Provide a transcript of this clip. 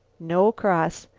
no cross.